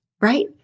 right